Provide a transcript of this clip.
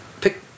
pick